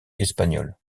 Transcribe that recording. espagnoles